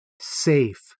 safe